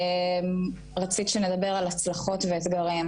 רצית שנדבר על הצלחות ואתגרים,